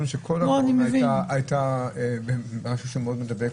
גם בתקופה שאנחנו ידענו שכל --- משהו שמאוד מדבק.